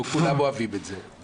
ולא כולם אוהבים את זה.